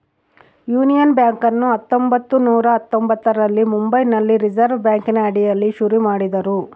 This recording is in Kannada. ಯೂನಿಯನ್ ಬ್ಯಾಂಕನ್ನು ಹತ್ತೊಂಭತ್ತು ನೂರ ಹತ್ತೊಂಭತ್ತರಲ್ಲಿ ಮುಂಬೈನಲ್ಲಿ ರಿಸೆರ್ವೆ ಬ್ಯಾಂಕಿನ ಅಡಿಯಲ್ಲಿ ಶುರು ಮಾಡಿದರು